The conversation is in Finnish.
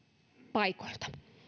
paikoilta